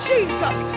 Jesus